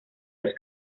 los